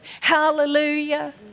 hallelujah